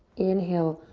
inhale,